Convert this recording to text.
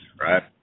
right